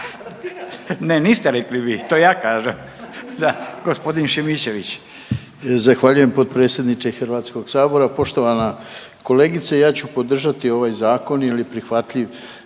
Ne niste rekli vi, to ja kažem. Da. Gospodin Šimičević. **Šimičević, Rade (HDZ)** Zahvaljujem potpredsjedniče Hrvatskog sabora, poštovana kolegice. Ja ću podržati ovaj zakon jer je prihvatljiv